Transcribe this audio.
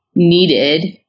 Needed